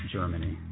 Germany